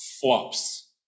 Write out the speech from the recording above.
flops